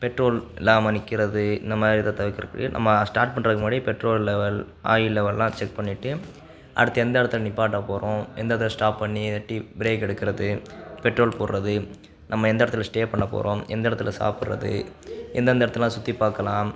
petrol இல்லாமல் நிற்கிறது இந்த மாதிரி இதை தவிர்க்கிறதுக்கு நம்ம ஸ்டார்ட் பண்ணுறதுக்கு முன்னாடியே பெட்ரோல் லெவல் ஆயில் லெவல்லாம் செக் பண்ணிவிட்டு அடுத்து எந்த இடத்துல நிற்பாட்ட போகிறோம் எந்த இடத்துல ஸ்டாப் பண்ணி இது டீ ப்ரேக் எடுக்கிறது பெட்ரோல் போடுறது நம்ம எந்த இடத்துல ஸ்டே பண்ணப் போகிறோம் எந்த இடத்தில் சாப்பிட்றது எந்தெந்த இடத்தெல்லாம் சுற்றி பார்க்கலாம்